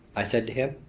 i said to him.